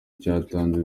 cyatanze